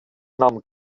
nahm